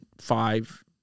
five